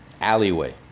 alleyway